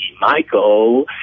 Michael